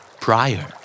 Prior